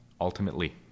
ultimately